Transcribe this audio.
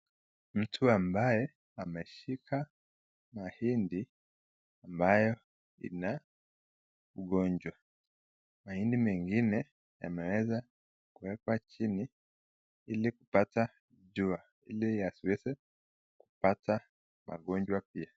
Mtu ambaye ameshika mahindi ambayo ina ugonjwa. Mahindi mengine yameweza kuwekwa chini ili kupata jua ili yasiweze kupata magonjwa pia.